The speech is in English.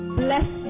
bless